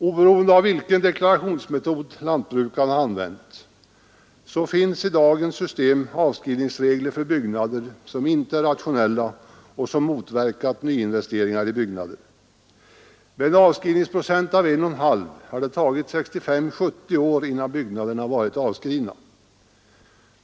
Oberoende av vilken deklarationsmetod lantbrukare har använt finns i dagens system avskrivningsregler för byggnader som inte är rationella och som motverkat nyinvesteringar i byggnader. Med en avskrivningsprocent av 1,5 har det tagit 65—70 år innan byggnaderna varit avskrivna.